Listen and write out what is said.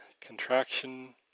contraction